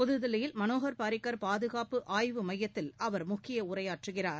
புதுதில்லியில் மனோகர் பரிக்கர் பாதுகாப்பு ஆய்வு மையத்தில் அவர் முக்கிய உரையாற்றுகிறார்